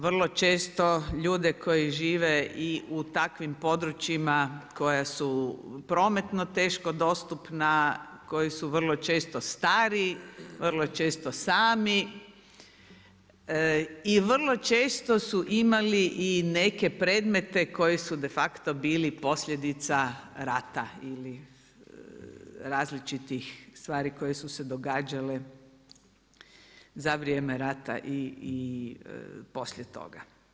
Vrlo često ljude koji žive i u takvim područjima koja su prometno teško dostupna, koji su vrlo često stari, vrlo često sami i vrlo često su imali i neke predmete koji su de facto bili posljedica rata ili različitih stvari koje su se događale za vrijeme rata i poslije toga.